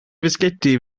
fisgedi